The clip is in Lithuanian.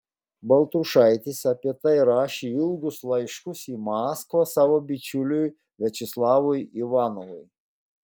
baltrušaitis apie tai rašė ilgus laiškus į maskvą savo bičiuliui viačeslavui ivanovui